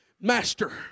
master